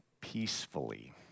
peacefully